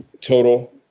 total